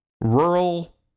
rural